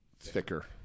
Thicker